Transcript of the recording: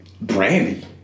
Brandy